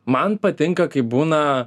man patinka kai būna